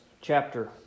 chapter